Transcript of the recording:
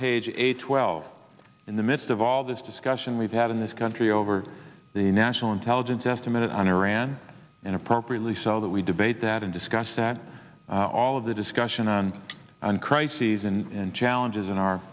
page eight twelve in the midst of all this discussion we've had in this country over the national intelligence estimate on iran and appropriately so that we debate that and discuss that all of the discussion on an crises and challenges in our